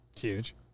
huge